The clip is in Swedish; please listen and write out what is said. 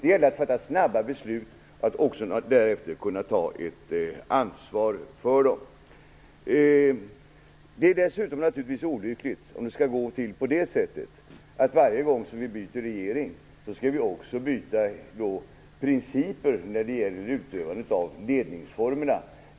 Det gäller att fatta snabba beslut och att även därefter kunna ta ett ansvar för dem. Det är dessutom naturligtvis olyckligt om det skall gå till på det sättet att vi varje gång som vi byter regering också skall byta principer när det gäller utövandet av ledningsformerna.